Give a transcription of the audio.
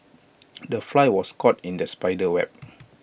the fly was caught in the spider's web